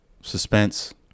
suspense